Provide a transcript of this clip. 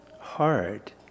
hard